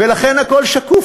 ולכן הכול שקוף,